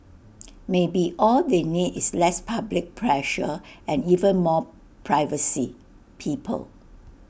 maybe all they need is less public pressure and even more privacy people